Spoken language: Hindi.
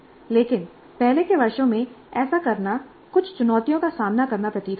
लेकिन पहले के वर्षों में ऐसा करना कुछ चुनौतियों का सामना करता प्रतीत होता है